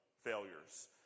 failures